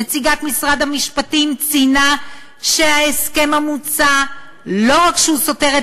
נציגת משרד המשפטים ציינה שההסדר המוצע לא רק סותר את